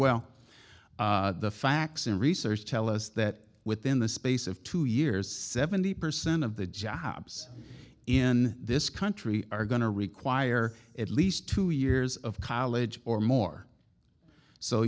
well the facts and research tell us that within the space of two years seventy percent of the jobs in this country are going to require at least two years of college or more so